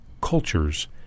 cultures